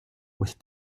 with